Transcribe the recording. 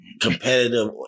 competitive